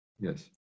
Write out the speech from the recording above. Yes